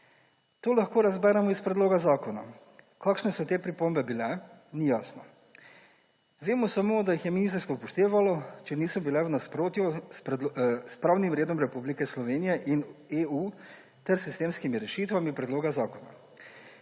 To lahko razberemo iz predloga zakona. Kakšne so te pripombe bile, ni jasno. Vemo samo, da jih je ministrstvo upoštevalo, če niso bile v nasprotju s pravnim redom Republike Slovenije in EU ter sistemskimi rešitvami predloga zakona.